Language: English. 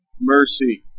mercy